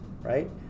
right